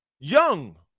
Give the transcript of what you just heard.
Young